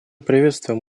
приветствуем